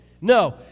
No